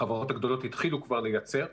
החברות הגדולות התחילו כבר לייצר,